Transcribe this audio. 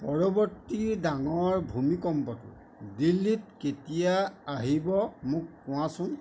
পৰৱৰ্তী ডাঙৰ ভূমিকম্পটো দিল্লীত কেতিয়া আহিব মোক কোৱাচোন